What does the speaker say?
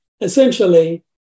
Essentially